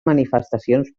manifestacions